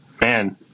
man